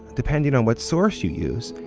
depending on what source you use,